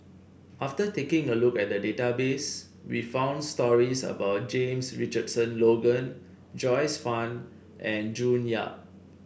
after taking a look at the database we found stories about James Richardson Logan Joyce Fan and June Yap